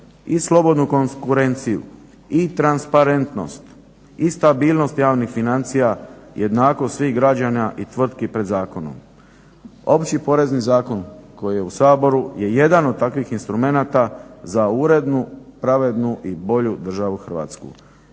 i slobodnu konkurenciju i transparentnost i stabilnost javnih financija, jednakost svih građana i tvrtki pred zakonom. Opći porezni zakon koji je u Saboru je jedan od takvih instrumenata za urednu, pravednu i bolju državu Hrvatsku.